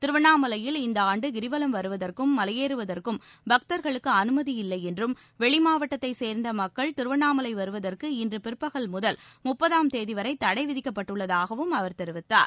திருவண்ணாமலையில் இந்த ஆண்டு கிரிவலம் வருவதற்கும் மலையேறுவதற்கும் பக்தர்களுக்கு அனுமதி இல்லையென்றும் வெளி மாவட்டத்தைச் சேர்ந்த மக்கள் திருவண்ணாமலை வருவதற்கு இன்று பிற்பகல் முதல் முப்பதாம் தேதிவரை தடை விதிக்கப்பட்டுள்ளதாகவும் அவர் கூறினார்